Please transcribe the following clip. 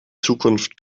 zukunft